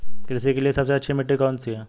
कृषि के लिए सबसे अच्छी मिट्टी कौन सी है?